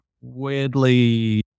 weirdly